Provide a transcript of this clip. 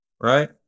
right